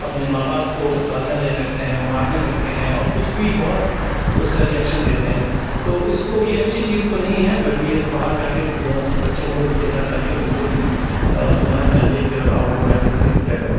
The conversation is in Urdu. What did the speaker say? اپنے ماں باپ کو گالیاں دینے لگتے ہیں مارنے لگتے ہیں اور کچھ بھی بہت اس کا ریئکشن دیتے ہیں تو اس کو یہ اچھی چیز تو نہیں ہے بل یہ باہر جا کے وہ بچوں کو بھی کھیلنا چاہیے ان کو بھی سمجھانا چاہیے کہ آؤٹڈور ایکٹیوٹیز کیا کریں